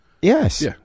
yes